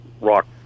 rock